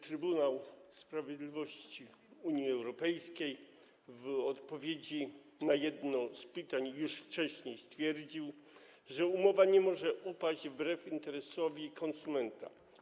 Trybunał Sprawiedliwości Unii Europejskiej w odpowiedzi na jedno z pytań już wcześniej stwierdził, że umowa nie może upaść wbrew interesowi konsumenta.